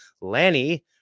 Lanny